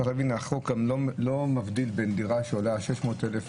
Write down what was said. צריך להבין שהחוק לא מבדיל בין דירה שעולה 600 אלף